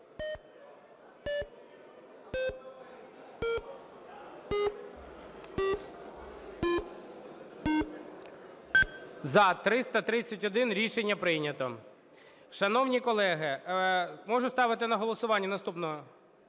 За-331 Рішення прийнято.